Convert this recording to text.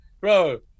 bro